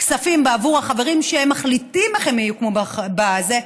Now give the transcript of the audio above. כספים בעבור החברים שהם מחליטים איך ימוקמו בתוך זה,